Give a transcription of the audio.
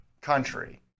country